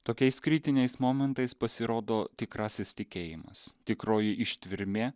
tokiais kritiniais momentais pasirodo tikrasis tikėjimas tikroji ištvermė